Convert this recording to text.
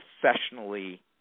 professionally